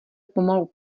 pomalu